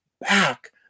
back